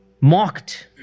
mocked